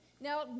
Now